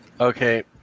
Okay